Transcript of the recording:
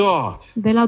God